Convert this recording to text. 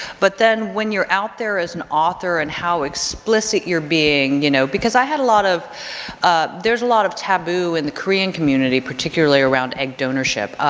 but then when you're out there as an author and how explicit you're being, you know, because i had a lot of there's a lot of taboo in the korean community particularly around egg-donorship,